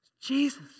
Jesus